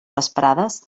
vesprades